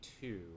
two